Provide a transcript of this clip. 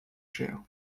cher